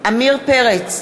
עמיר פרץ,